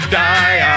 die